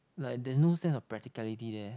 like there's no sense of practicality there